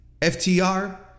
FTR